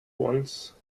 once